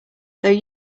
though